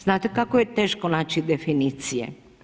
Znate kako je teško naći definicije?